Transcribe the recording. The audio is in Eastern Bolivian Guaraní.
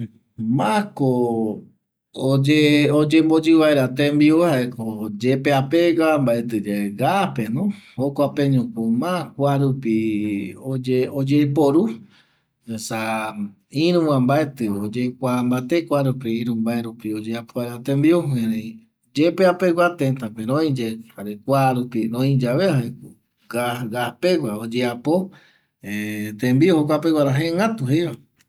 Mako oyemboyi vaera tembiu jaeko yepeapegua mbaetiyae gaspeno jokuapeñoko ma kuarupi oyeporu esa iruva mbaeti oyekua mbate kuarupi iru mbaerupi oyeapo vaera tembiu yepeapegua tëtape roiyae jare kuarupi roiyae jaeko gaspegua oyeapo tembiu jokuapeguara jegatu jeiva